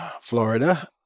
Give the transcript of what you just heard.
Florida